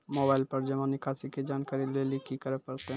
Mobile पर जमा निकासी के जानकरी लेली की करे परतै?